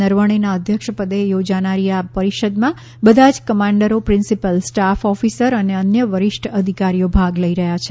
નરવણેના અધ્યક્ષપદે યોજાનારી આ પરીષદમાં બધા જ કમાન્ડરો પ્રિન્સિપલ સ્ટાફ ઓફિસર અને અન્ય વરિષ્ઠ અધિકારીઓ ભાગ લઈ રહ્યા છે